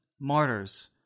martyrs